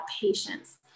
patience